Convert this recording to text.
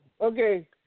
Okay